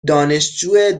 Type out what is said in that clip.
دانشجو